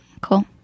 cool